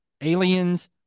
aliens